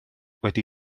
wedi